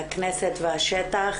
הכנסת והשטח,